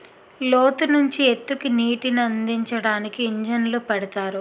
లోతు నుంచి ఎత్తుకి నీటినందించడానికి ఇంజన్లు పెడతారు